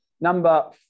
number